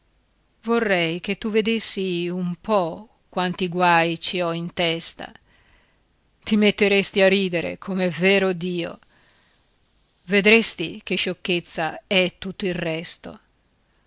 vorrei che tu vedessi un po quanti guai ci ho in testa ti metteresti a ridere com'è vero dio vedresti che sciocchezza è tutto il resto